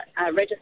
register